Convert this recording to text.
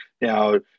now